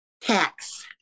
tax